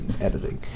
Editing